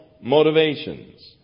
motivations